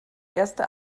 erste